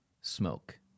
smoke